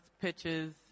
pitches